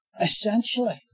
essentially